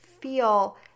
feel